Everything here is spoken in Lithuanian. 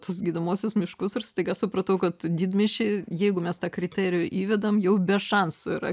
tuos gydomuosius miškus ir staiga supratau kad didmiesčiai jeigu mes tą kriterijų įvedam jau be šansų yra